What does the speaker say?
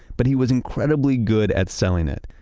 but he was incredibly good at selling it.